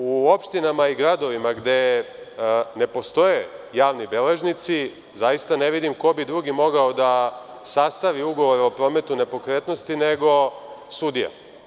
U opštinama i gradovima gde ne postoje javni beležnici zaista ne vidim ko bi drugi mogao da sastavi ugovor o prometu nepokretnosti nego sudija.